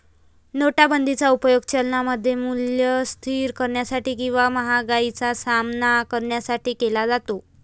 नोटाबंदीचा उपयोग चलनाचे मूल्य स्थिर करण्यासाठी किंवा महागाईचा सामना करण्यासाठी केला जातो